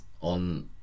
on